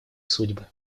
судьбы